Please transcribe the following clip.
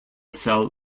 cell